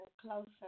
closer